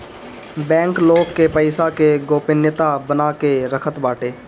bank लोग के पईसा के गोपनीयता बना के रखत बाटे